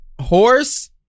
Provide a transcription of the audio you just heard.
Horse